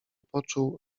poczuł